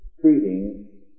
treating